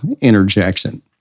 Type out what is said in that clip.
interjection